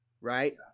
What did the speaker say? right